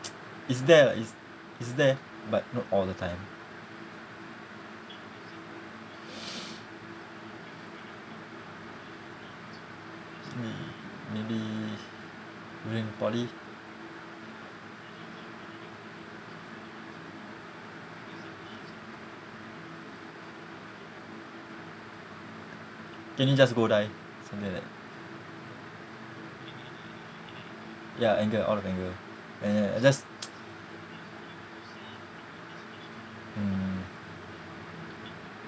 is there lah is is there but not all the time he maybe during poly can you just go die something like that ya anger all of anger a~ and just mm